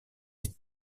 est